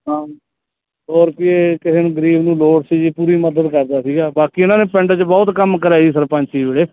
ਹਾਂ ਹੋਰ ਕੀ ਕਿਸੇ ਨੂੰ ਗਰੀਬ ਨੂੰ ਲੋੜ ਸੀ ਜੀ ਪੂਰੀ ਮਦਦ ਕਰਦਾ ਸੀਗਾ ਬਾਕੀ ਇਹਨਾਂ ਨੇ ਪਿੰਡ 'ਚ ਬਹੁਤ ਕੰਮ ਕਰਾਏ ਜੀ ਸਰਪੰਚੀ ਵੇਲੇ